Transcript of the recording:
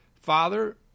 father